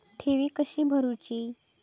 ठेवी कशी भरूची?